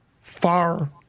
far